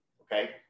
okay